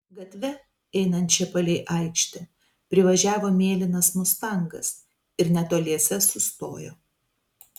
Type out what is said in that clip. gatve einančia palei aikštę privažiavo mėlynas mustangas ir netoliese sustojo